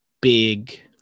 big